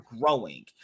growing